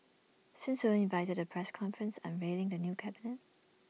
since we weren't invited to the press conference unveiling the new cabinet